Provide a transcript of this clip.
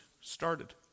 started